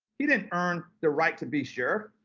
he didn't earn the right to be sheriff.